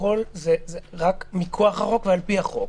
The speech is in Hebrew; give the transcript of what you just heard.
הכול זה רק מכוח החוק ועל פי החוק.